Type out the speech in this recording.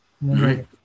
right